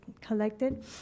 collected